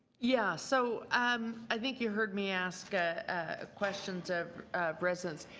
yeah, so um i think you heard me ask ah ah questions of residents.